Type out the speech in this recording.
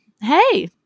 hey